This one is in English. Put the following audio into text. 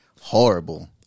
horrible